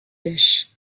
dish